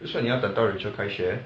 为什么你要等到 rachel 开学 leh